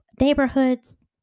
neighborhoods